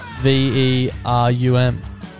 V-E-R-U-M